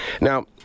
Now